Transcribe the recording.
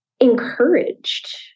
encouraged